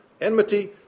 enmity